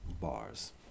bars